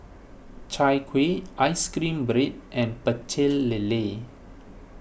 Chai Kuih Ice Cream Bread and Pecel Lele